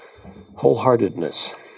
wholeheartedness